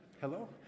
Hello